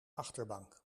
achterbank